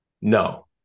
No